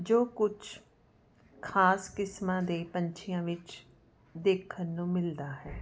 ਜੋ ਕੁਛ ਖਾਸ ਕਿਸਮਾਂ ਦੇ ਪੰਛੀਆਂ ਵਿੱਚ ਦੇਖਣ ਨੂੰ ਮਿਲਦਾ ਹੈ